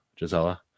Gisella